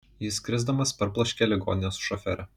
jis krisdamas parbloškė ligoninės šoferę